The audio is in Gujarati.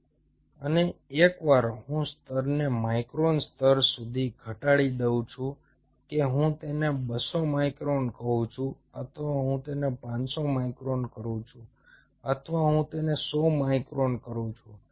અને એકવાર હું સ્તરને માઇક્રોન સ્તર સુધી ઘટાડી દઉં છું કે હું તેને 200 માઇક્રોન કહું છું અથવા હું તેને 500 માઇક્રોન કરું છું અથવા હું તેને 100 માઇક્રોન કરું છું